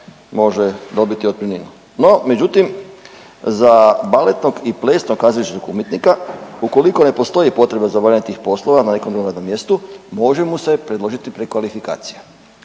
može dobiti otpremninu. No, međutim za baletnog i plesnog kazališnog umjetnika ukoliko ne postoji potreba za obavljanje tih poslova na nekom drugom radnom mjestu može mu se predložiti prekvalifikacija.